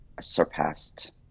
surpassed